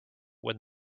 when